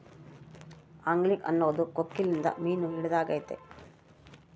angling ಅನ್ನೊದು ಕೊಕ್ಕೆಲಿಂದ ಮೀನು ಹಿಡಿದಾಗೆತೆ